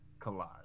collage